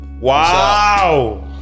wow